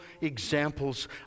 examples